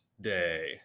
Day